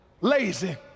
lazy